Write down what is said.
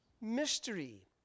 mystery